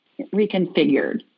reconfigured